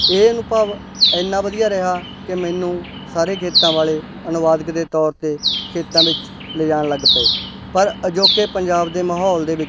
ਇਹਨੂੰ ਅਨੁਭਵ ਇੰਨਾ ਵਧੀਆ ਰਿਹਾ ਕਿ ਮੈਨੂੰ ਸਾਰੇ ਖੇਤਾਂ ਵਾਲੇ ਅਨੁਵਾਦਕ ਦੇ ਤੌਰ 'ਤੇ ਖੇਤਾਂ ਵਿੱਚ ਲਿਜਾਣ ਲੱਗ ਪਏ ਪਰ ਅਜੋਕੇ ਪੰਜਾਬ ਦੇ ਮਾਹੌਲ ਦੇ ਵਿੱਚ